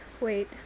wait